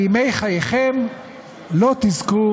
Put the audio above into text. בימי חייכם לא תזכו